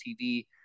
tv